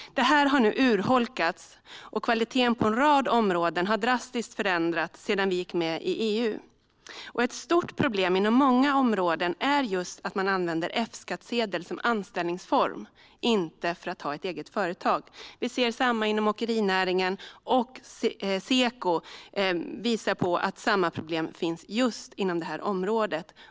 Detta har urholkats, och kvaliteten på en rad områden har drastiskt förändrats sedan vi gick med i EU. Ett stort problem inom många områden är att man använder F-skattsedel som anställningsform, inte för att ha ett eget företag. Vi ser detta inom åkerinäringen, och Seko visar att samma problem finns just inom detta område.